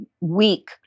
weak